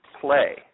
play